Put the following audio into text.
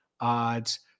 odds